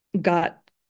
Got